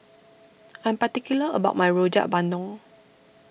I am particular about my Rojak Bandung